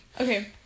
Okay